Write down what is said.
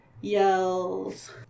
yells